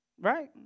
Right